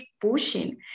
pushing